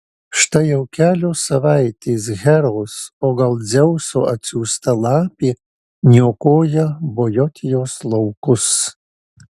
štai jau kelios savaitės heros o gal dzeuso atsiųsta lapė niokoja bojotijos laukus